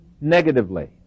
negatively